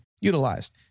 utilized